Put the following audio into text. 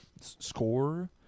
Score